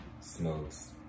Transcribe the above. smokes